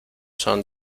son